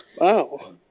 Wow